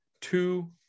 two